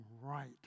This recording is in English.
right